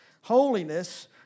holiness